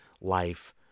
life